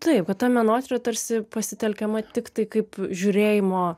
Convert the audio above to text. taip va ta menotyra tarsi pasitelkiama tiktai kaip žiūrėjimo